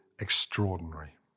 extraordinary